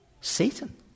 Satan